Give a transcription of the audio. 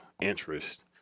interest